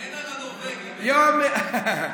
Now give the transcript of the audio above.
אין על הנורבגים, קטי, אין על הנורבגים, אין.